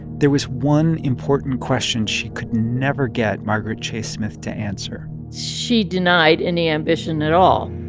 there was one important question she could never get margaret chase smith to answer she denied any ambition at all.